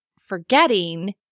forgetting